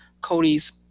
Cody's